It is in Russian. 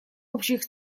общих